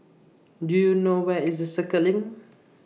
Do YOU know Where IS Circuit LINK